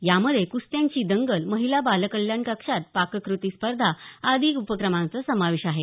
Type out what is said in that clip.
यामध्ये कुस्त्यांची दंगल महिला बालकल्याण कक्षात पाककृती स्पर्धा आदी उपक्रमांचा समावेश आहे